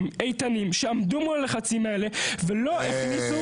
איתנים שעמדו מול הלחצים האלה ולא הכניסו